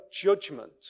judgment